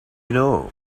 know